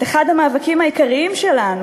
את אחד המאבקים העיקריים שלנו,